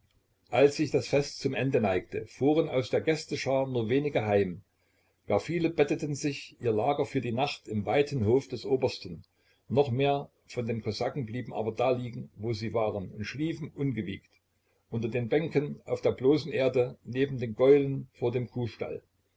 als sich das fest zum ende neigte fuhren aus der gästeschar nur wenige heim gar viele betteten sich ihr lager für die nacht im weiten hof des obersten noch mehr von den kosaken blieben aber da liegen wo sie waren und schliefen ungewiegt unter den bänken auf der bloßen erde neben den gäulen vor dem kuhstall